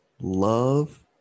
Love